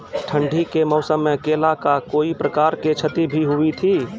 ठंडी के मौसम मे केला का कोई प्रकार के क्षति भी हुई थी?